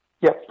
Yes